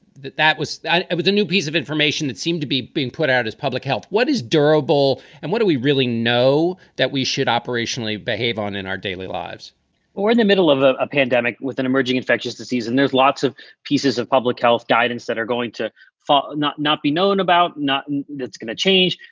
that that was that was a new piece of information that seemed to be being put out as public health what is durable and what do we really know that we should operationally behave on in our daily lives or in the middle of of a pandemic with an emerging infectious disease? and there's lots of pieces of public health guidance that are going to fall, not not be known about not that's going to change.